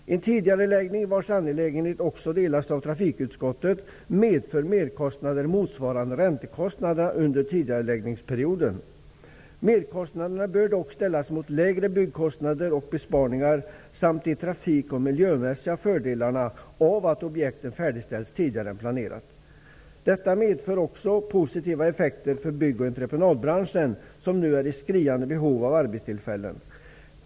En tidigareläggning, vars angelägenhet också betonas av trafikutskottet, medför merkostnader motsvarande räntekostnaderna under tidigareläggningsperioden. Merkostnaderna bör dock ställas mot lägre byggkostnader och besparingar samt de trafik och miljömässiga fördelarna av att objekten färdigställs tidigare än planerat. Detta medför också positiva effekter för bygg och entreprenadbranschen, som nu är i skriande behov av arbetstillfällen.